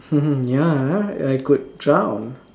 ya I could drown